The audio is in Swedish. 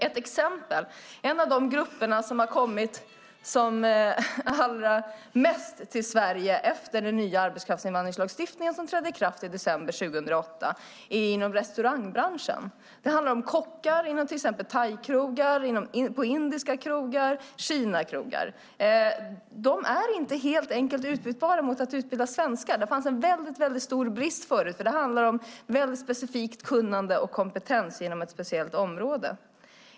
Ett exempel: En av de största grupper som har kommit till Sverige efter den nya arbetskraftsinvandringslagstiftningen, som trädde i kraft i december 2008, är inom restaurangbranschen. Det handlar om kockar på till exempel thaikrogar, på indiska krogar och kinakrogar. De är inte helt enkelt utbytbara mot svenskar. Det fanns en väldigt stor brist förut, för det handlar om väldigt specifikt kunnande och kompetens inom ett speciellt område.